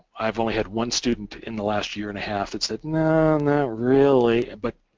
i've only had one student in the last year and a half that said, no, not really, but